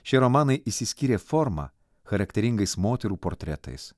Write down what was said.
šie romanai išsiskyrė forma charakteringais moterų portretais